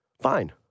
fine